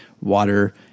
water